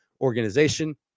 organization